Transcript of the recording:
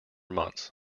months